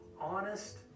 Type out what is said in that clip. honest